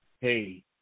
hey